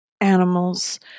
animals